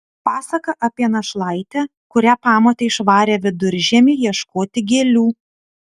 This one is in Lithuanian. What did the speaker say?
pasaka apie našlaitę kurią pamotė išvarė viduržiemį ieškoti gėlių